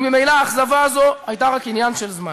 וממילא האכזבה הזו הייתה רק עניין של זמן.